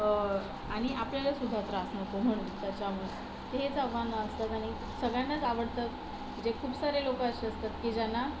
आणि आपल्याला सुद्धा त्रास नको म्हणून त्याच्यामुळे हेच आव्हानं असतात आणि सगळ्यांनाच आवडतं म्हणजे खूप सारे लोक असे असतात की ज्यांना